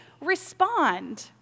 respond